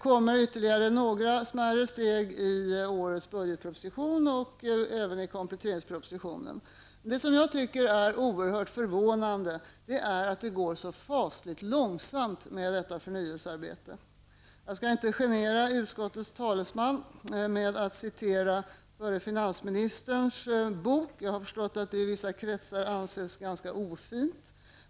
Några ytterligare smärre steg tas i årets budgetproposition och även i kompletteringspropositionen. Det som jag tycker är oerhört förvånande är att detta förnyelsearbete går så fasligt långsamt. Jag skall inte genera utskottets talesman genom att citera förre finansministern Kjell-Olof Feldts bok. Jag har förstått att det i vissa kretsar anses ganska ofint att göra det.